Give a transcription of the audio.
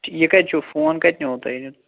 یہِ کَتہِ چھُ فون کَتہِ نیٛوٗوٕ تۄہہِ